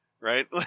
right